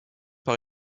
par